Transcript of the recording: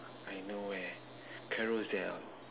I know where carousell